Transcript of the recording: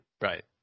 right